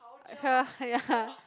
ya